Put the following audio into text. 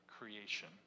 creation